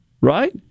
right